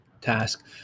task